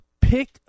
pick